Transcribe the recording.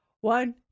One